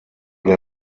der